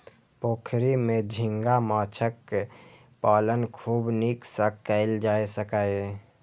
पोखरि मे झींगा माछक पालन खूब नीक सं कैल जा सकैए